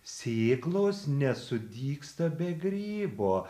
sėklos nesudygsta be grybo